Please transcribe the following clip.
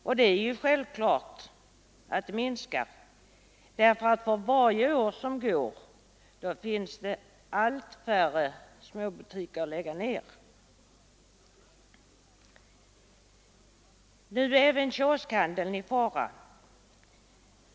Ja, det är ju klart att de minskar — för varje år som går blir det allt färre småbutiker att lägga ned. Nu är även kioskhandeln i fara.